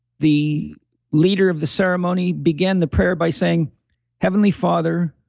the leader of the ceremony began the prayer by saying heavenly father,